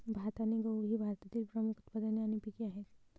भात आणि गहू ही भारतातील प्रमुख उत्पादने आणि पिके आहेत